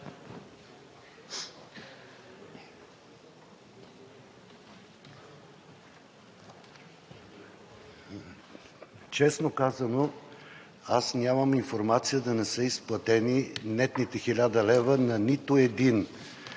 Честно казано, нямам информация да не са изплатени нетните 1000 лв. на нито един